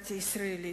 הדמוקרטיה הישראלית,